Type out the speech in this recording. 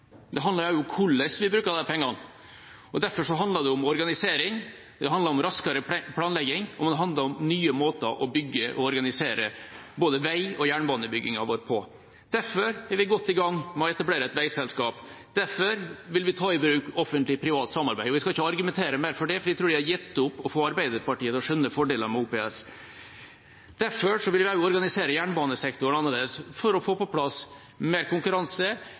pengene. Det handler om organisering, det handler om raskere planlegging, og det handler om nye måter å bygge på og organisere byggingen av både vei- og jernbane. Derfor er vi godt i gang med å etablere et veiselskap. Derfor vil vi ta i bruk offentlig–privat samarbeid. Jeg skal ikke argumentere mer for det, for jeg tror vi har gitt opp å få Arbeiderpartiet til å skjønne fordelene med OPS. Derfor vil vi også organisere jernbanesektoren annerledes for å få på plass mer konkurranse